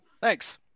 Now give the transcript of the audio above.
thanks